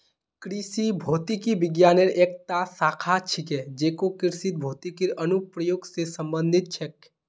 कृषि भौतिकी विज्ञानेर एकता शाखा छिके जेको कृषित भौतिकीर अनुप्रयोग स संबंधित छेक